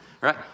right